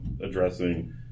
addressing